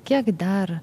kiek dar